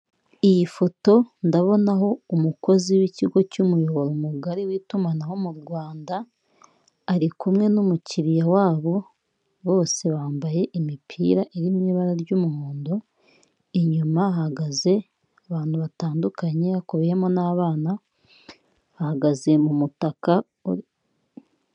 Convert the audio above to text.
Iyi foto ndabona aho umukozi w'ikigo cy'umuyoboro mugari w'itumanaho mu rwanda ari kumwe n'umukiriya wabo bose bambaye imipira iri m'ibara ry'umuhondo inyuma hahagaze abantu batandukanye hakubiyemo n'abana bahagaze mu mutaka.